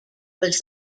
was